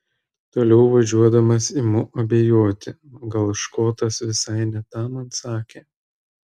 toliau važiuodamas imu abejoti gal škotas visai ne tą man sakė